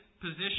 position